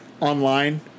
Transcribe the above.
online